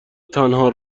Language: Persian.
تنها